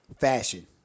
fashion